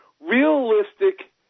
realistic